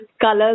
colors